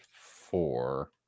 four